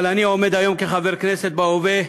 אבל אני עומד היום כחבר כנסת בהווה,